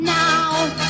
now